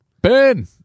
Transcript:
Ben